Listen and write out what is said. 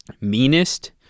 meanest